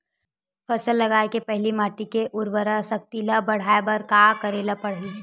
फसल लगाय के पहिली माटी के उरवरा शक्ति ल बढ़ाय बर का करेला पढ़ही?